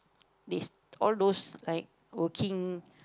this all those like working